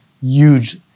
huge